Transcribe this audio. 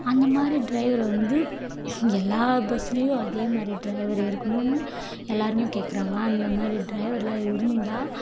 அந்த மாதிரி ட்ரைவரு வந்து எல்லா பஸ்லேயும் அதே மாதிரி ட்ரைவர் இருக்கணும்னு எல்லோருமே கேட்குறாங்க அந்தமாதிரி ட்ரைவர்லாம் இருந்தால்